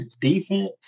defense